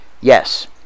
yes